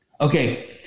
Okay